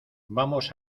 vamos